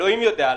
אלוהים יודע למה.